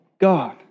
God